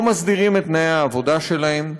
לא מסדירים את תנאי העבודה שלהם.